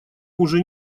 уже